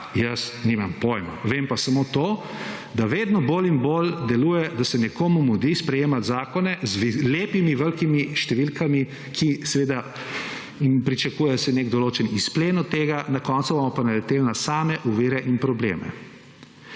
jaz nimam pojma. Vem pa samo to, da vedno bolj in bolj deluje, da se nekomu mudi sprejemati zakone z lepimi velikimi številkami, ki seveda in pričakuje se nek določen izplen od tega, na koncu bomo pa naleteli na same ovire in probleme.